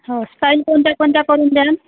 हो स्टाईल कोणत्या कोणत्या करून द्यान